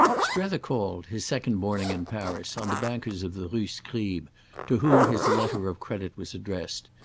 strether called, his second morning in paris, on the bankers of the rue scribe to whom his letter of credit was addressed,